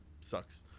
Sucks